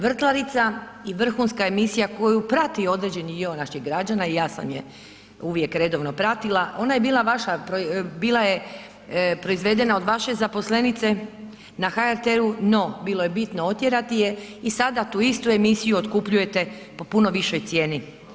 Vrtlarica i vrhunska emisija koju prati određeni dio naših građana i ja sam je uvijek redovno pratila, ona je bila vaša, bila je proizvedena od vaše zaposlenice na HRT-u, no bilo je bitno otjerati je i sada tu istu emisiju otkupljujete po puno višoj cijeni.